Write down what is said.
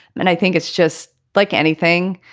and i think it's just like anything,